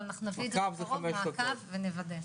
אבל אנחנו נביא את זה בקרוב למעקב, ונוודא.